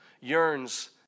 yearns